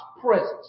presence